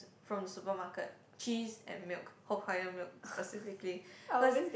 from supermarket cheese and milk hokkaido milk specifically cause